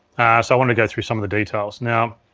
so i wanted to go through some of the details. now,